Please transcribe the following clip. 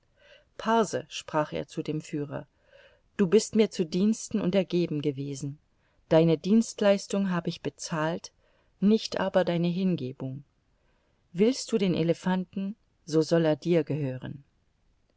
sprach er zu dem führer du bist mir zu diensten und ergeben gewesen deine dienstleistung hab ich bezahlt nicht aber deine hingebung willst du den elephanten so soll er dir gehören